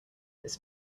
this